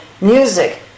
music